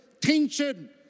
Tension